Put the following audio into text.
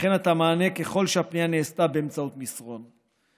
וגם את המענה, אם הפנייה נעשתה באמצעות מסרון.